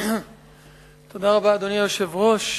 אדוני היושב-ראש,